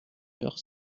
heure